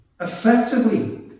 effectively